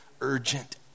urgent